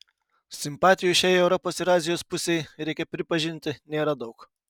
simpatijų šiai europos ir azijos pusei reikia pripažinti nėra daug